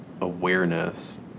awareness